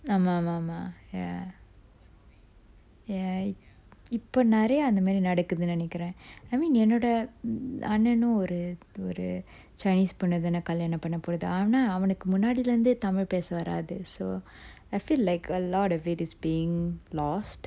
ஆமா ஆமா ஆமா:aama aama aama ya ya இப்ப நெறைய அந்த மாறி நடக்குதுனு நெனைக்குரன்:ippa neraya antha mari nadakkuthunu nenaikkuran I mean என்னோட அண்ணனும் ஒரு ஒரு:ennoda annanum oru oru chinese பொண்ண தான கல்யாணம் பண்ண போறது ஆனா அவனுக்கு முன்னாடில இருந்தே:ponna thana kalyanam panna porathu aana avanukku munnadila irunthe tamil பேச வராது:pesa varathu so I feel like a lot of it is being lost